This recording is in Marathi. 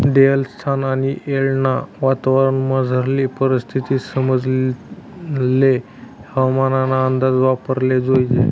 देयेल स्थान आणि येळना वातावरणमझारली परिस्थिती समजाले हवामानना अंदाज वापराले जोयजे